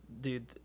dude